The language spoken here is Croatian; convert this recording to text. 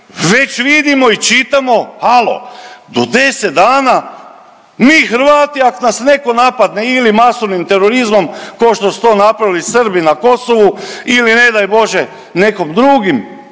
već vidimo i čitamo, halo, do 10 dana mi Hrvati, ak nas netko napadne ili masovnim terorizmom kao što su to napravili Srbi na Kosovu ili ne daj Bože nekom drugim